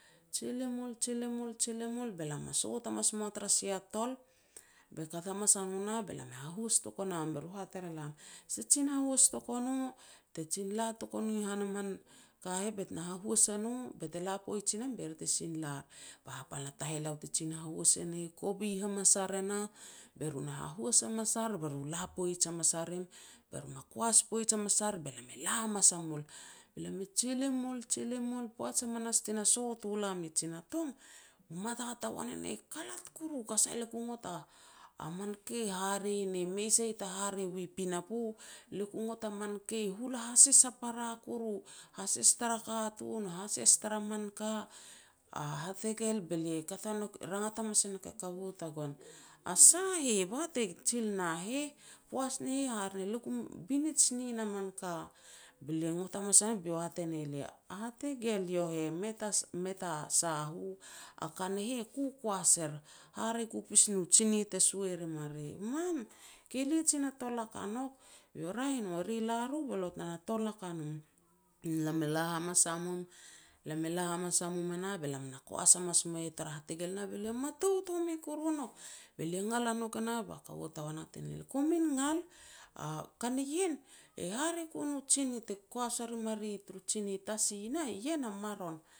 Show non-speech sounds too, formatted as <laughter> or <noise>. Jil i mul, jil i mul, jil i mul, belam na sot hamas moa tara sia tol. Be kat hamas a no nah, be lam hahuas touk u nam. Be ru hat er elam, si te kajin hahuas touk no, te jin la tok o no han a man ka heh bet na hahuas e no bete la poij i nam be ri te sin lar. Ba hapal na taheleo ti jin hahuas e nah kovi hamas ar e nah, be ru na hahuas hamas ar be ru la poij hamas a rim, be ru ma koas poij hamas ar be lam e la hamas a mul, be lam e jil i mul jil i mul, poaj hamanas ti na sot u lam i Jina Tong, mata tagoan e nah kalat koru, ka sah le ku ngot a manke hare ni mei sai ta hare wi pinapo. Le ku ngot a man kei hula hases hapara koru, hases tara katun, hases tara man ka, a hategel, be lia kat a nouk, rangat hamas e nouk e kaua tagoan. "A sa heh bah te jil na heh", poaj ne heh hare le <hesitation> ku binij nin a man ka. Be lia ngot hamas a nouk be iau hat e ne lia. "A hategel io heh, mei ta <hesitation> sa u, a ka ne heh e kokoas er, hare ku pis nu tsinih te sua e rim a ri." "Man!, ke lia jin na tolak a nouk", "Raeh i no, ri la ru belo tena tolak a nom." <noise> Be lam e la hamas a mum, lam e la hamas a mum e nah, be lam na koas hamas mui tara hategel e nah, be lia matout home koru nouk be lia ngal a nouk e hah, ba kaua tagoan hat e ne lia, "Komin ngal, a ka ni ien, e hare ku nu tsinih te koas e rim a ri tur tsinih tasi nah, ien a maron,